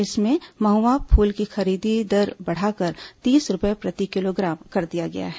इसमें महुआ फूल की खरीदी दर बढ़ाकर तीस रूपए प्रति किलोग्राम कर दिया गया है